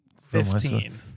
fifteen